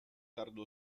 tardo